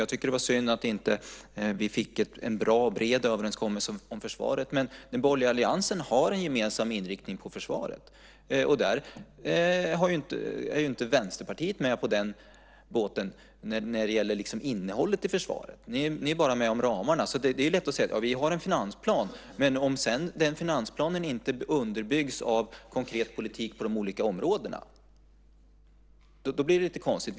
Jag tycker att det var synd att vi inte fick en bra, bred överenskommelse om försvaret, men den borgerliga alliansen har en gemensam inriktning i fråga om försvaret. Där är ju inte Vänsterpartiet med på båten när det gäller innehållet i försvaret. Ni är bara med om ramarna. Det är lätt att säga: Vi har en finansplan. Men om sedan den finansplanen inte underbyggs av konkret politik på de olika områdena blir det lite konstigt.